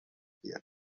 تطبیق